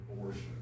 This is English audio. abortion